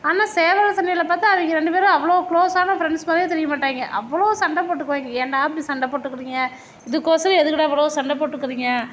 ஆனால் சேவல் சண்டையில் பார்த்தா அவிங்க ரெண்டு பேரும் அவ்வளோ குளோஸான ஃப்ரெண்ட்ஸ் மாதிரி தெரியமாட்டாங்க அவ்வளோ சண்டை போட்டுக்குவாங்க ஏன்டா இப்படி சண்டை போட்டுக்குறீங்க இதுக்கொசரம் எதுக்குடா இவ்வளோ சண்டை போட்டுக்குறீங்க